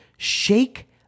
shake